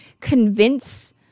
convince